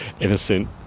innocent